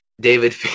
David